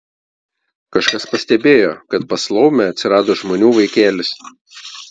kažkas pastebėjo kad pas laumę atsirado žmonių vaikelis